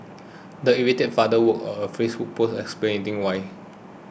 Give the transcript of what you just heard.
the irate father wrote a Facebook post explaining why